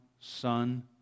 Son